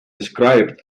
described